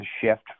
shift